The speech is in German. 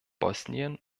bosnien